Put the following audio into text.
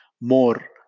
more